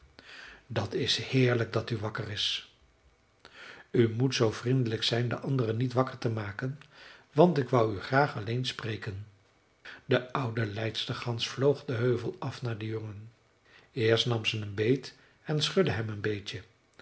dat is heerlijk dat u wakker is u moet zoo vriendelijk zijn de anderen niet wakker te maken want ik wou u graag alleen spreken de oude leidstergans vloog den heuvel af naar den jongen eerst nam ze hem beet en schudde hem een beetje